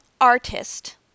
artist